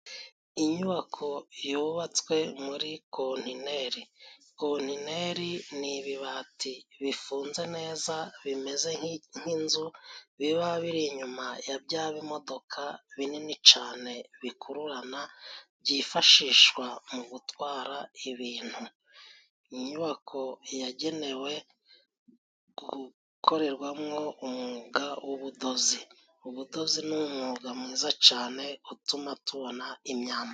Inyubako yubatswe muri kontineri. Kontineri ni ibibati bifunze neza bimeze nk'inzu biba biri inyuma ya bya bimodoka binini cane, bikururana byifashishwa mu gutwara ibintu. Inyubako yagenewe gukorerwamwo umwuga w'ubudozi, ubudozi ni umwuga mwiza cane utuma tubona imyambaro.